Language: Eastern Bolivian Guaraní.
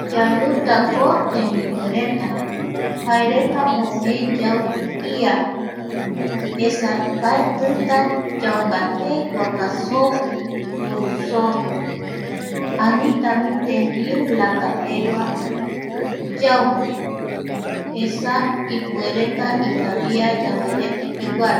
Yautako temitireta jaereta omee yau ia, esa mbaetita yau mbate guaka soo, uru soo, anitavi tembiu lata pegua (pausa)yau esa ipuereta ikavia yanderete peguara.